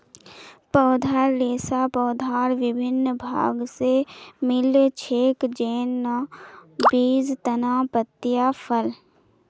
पौधार रेशा पौधार विभिन्न भाग स मिल छेक, जैन न बीज, तना, पत्तियाँ, फल